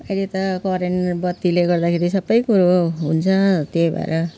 अहिले त करेन्ट बत्तीले गर्दाखेरि सबै कुरो हुन्छ त्यही भएर